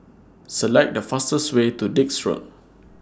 Select The fastest Way to Dix Road